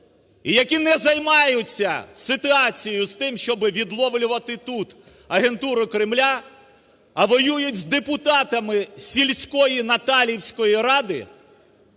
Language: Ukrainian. і які не займаються ситуацією з тим, щоби відловлювати тут агентуру Кремля, а воюють з депутатами сільської Наталівської ради,